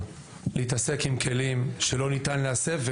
להתעסק עם כלים שלא ניתן להסב אותם,